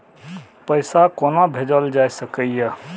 पैसा कोना भैजल जाय सके ये